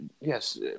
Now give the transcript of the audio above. Yes